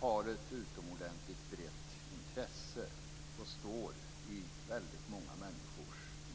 har ett utomordentligt brett intresse och står i väldigt många människors intressefokus.